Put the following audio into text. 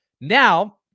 Now